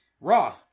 Raw